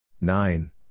Nine